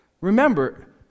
Remember